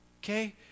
Okay